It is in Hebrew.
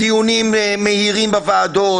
דיונים מהירים בוועדות